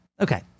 Okay